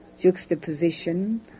juxtaposition